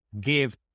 give